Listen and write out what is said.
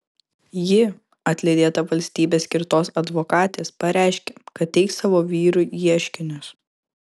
ji atlydėta valstybės skirtos advokatės pareiškė kad teiks savo vyrui ieškinius